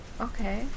Okay